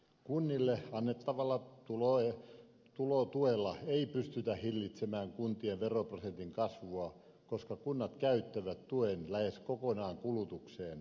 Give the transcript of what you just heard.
kunnille annettavalla tulotuella ei pystytä hillitsemään kuntien veroprosentin kasvua koska kunnat käyttävät tuen lähes kokonaan kulutukseen